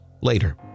later